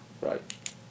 right